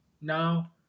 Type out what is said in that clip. Now